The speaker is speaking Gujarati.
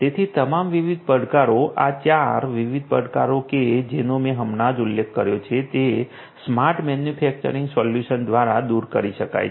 તેથી તમામ વિવિધ પડકારો આ 4 વિવિધ પડકારો કે જેનો મેં હમણાં જ ઉલ્લેખ કર્યો છે તે સ્માર્ટ મેન્યુફેક્ચરિંગ સોલ્યુશન્સ દ્વારા દૂર કરી શકાય છે